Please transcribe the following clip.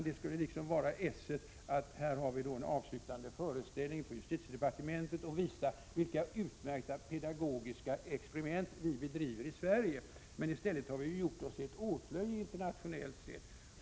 Det skulle på något sätt vara esset att ha en föreställning på justitiedepartementet för att visa vilka utmärkta pedagogiska experiment vi bedriver i Sverige. I stället har vi gjort oss till ett åtlöje internationellt sett.